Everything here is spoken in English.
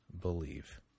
believe